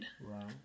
Right